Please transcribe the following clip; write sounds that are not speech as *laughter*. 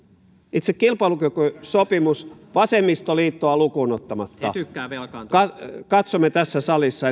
itse kilpailukykysopimus vasemmistoliittoa lukuun ottamatta katsomme niin tässä salissa *unintelligible*